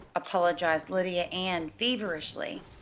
apologized lydia ann feverishly.